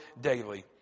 daily